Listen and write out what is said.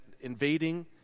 invading